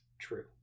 True